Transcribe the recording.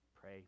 pray